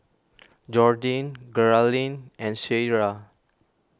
Jordyn Geralyn and Cierra